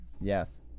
Yes